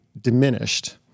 diminished